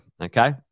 okay